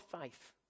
faith